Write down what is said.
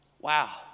Wow